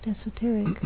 esoteric